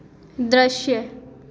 द्रश्य